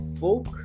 Folk